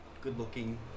good-looking